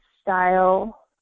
style